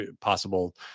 possible